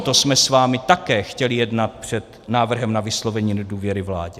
O tomto jsme s vámi také chtěli jednat před návrhem na vyslovení nedůvěry vládě.